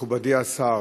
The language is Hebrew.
מכובדי השר,